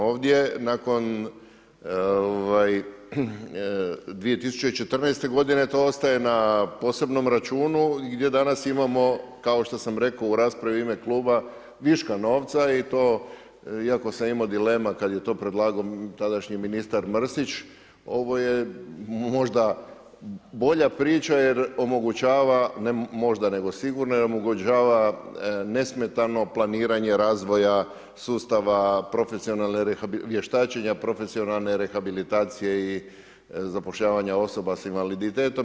Ovdje nakon 2014. g. to ostaje na posebnom računu, gdje danas imamo, kao što sam rekao u raspravi u ime Kluba, viška novca i to iako sam imao dilema kada je to predlagao tadašnji ministar Mrsić, ovo je možda bolja priča, jer omogućava, ne možda, nego sigurno, jer omogućava nesmetano planiranje razvoja sustava profesionalne, vještačene profesionalne rehabilitacije i zapošljavanja osoba s invaliditetom.